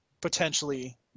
potentially